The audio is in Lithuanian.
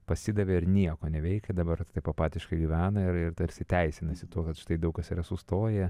pasidavė ir nieko neveikia dabar taip apatiškai gyvena ir ir tarsi teisinasi tuo kad štai daug kas yra sustoję